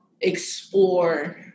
Explore